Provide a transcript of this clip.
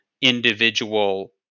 individual